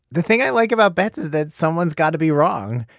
the thing i like about bets is that someone's got to be wrong.